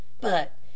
But